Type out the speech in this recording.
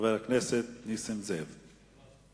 חבר הכנסת נסים זאב.